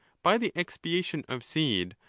by the expiation of seed,